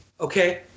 okay